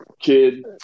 kid